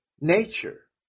nature